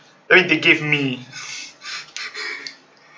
I think they gave me